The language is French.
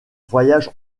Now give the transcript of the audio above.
voyage